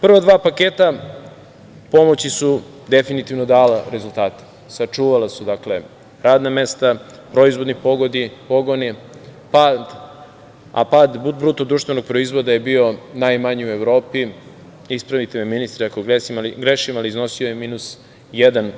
Prva dva paketa pomoći su definitivno dala rezultate, sačuvala su radna mesta, proizvodne pogone, a pad bruto društvenog proizvoda je bio najmanji u Evropi, ispravite me, ministre, ako grešim, ali iznosio je minus 1%